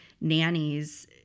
nannies